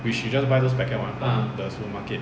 which we just buy those packet [one] from the supermarket